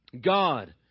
God